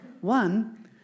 One